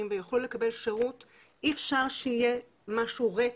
ויוכלו לקבל שירות אי אפשר שיהיה משהו ריק